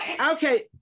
okay